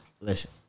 Listen